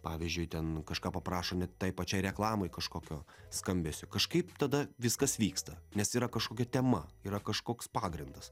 pavyzdžiui ten kažką paprašo net tai pačiai reklamai kažkokio skambesio kažkaip tada viskas vyksta nes yra kažkokia tema yra kažkoks pagrindas